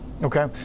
Okay